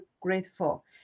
grateful